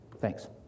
Thanks